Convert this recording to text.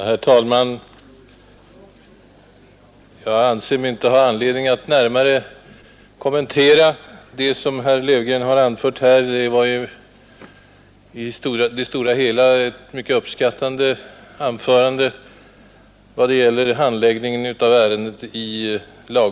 Herr talman! Jag anser mig inte ha anledning att närmare kommentera vad herr Löfgren anfört; han uttryckte i det stora hela uppskattning över lagutskottets handläggning av ärendet.